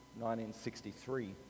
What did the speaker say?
1963